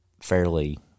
fairly